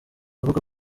avuga